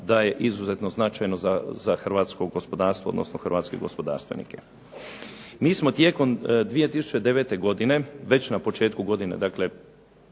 da je izuzetno značajno za hrvatsko gospodarstvo, odnosno hrvatske gospodarstvenike. Mi smo tijekom 2009. godine, već na početku godine u